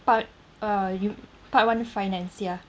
part uh you part one finance ya